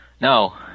No